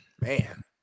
man